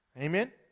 Amen